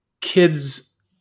kids